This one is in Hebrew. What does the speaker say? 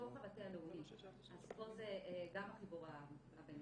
אז פה זה גם החיבור הבין-משרדי.